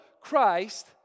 Christ